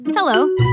Hello